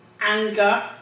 anger